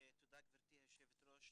תודה, גברתי היושבת-ראש.